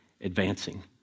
advancing